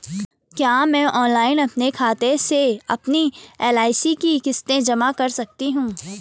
क्या मैं ऑनलाइन अपने खाते से अपनी एल.आई.सी की किश्त जमा कर सकती हूँ?